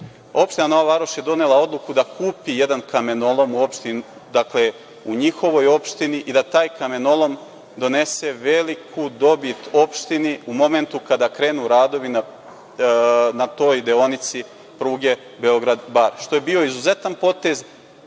opština Nova Varoš je donela odluku da kupi jedan kamenolom u opštini, dakle u njihovoj opštini, i da taj kamenolom donese veliku dobit opštini u momentu kada krenu radovi na toj deonici pruge Beograd – Bar, što je bio izuzetan potez